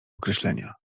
określenia